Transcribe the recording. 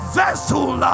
vessel